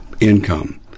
income